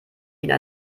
ihnen